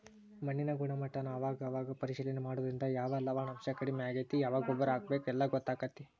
ಮಣ್ಣಿನ ಗುಣಮಟ್ಟಾನ ಅವಾಗ ಅವಾಗ ಪರೇಶಿಲನೆ ಮಾಡುದ್ರಿಂದ ಯಾವ ಲವಣಾಂಶಾ ಕಡಮಿ ಆಗೆತಿ ಯಾವ ಗೊಬ್ಬರಾ ಹಾಕಬೇಕ ಎಲ್ಲಾ ಗೊತ್ತಕ್ಕತಿ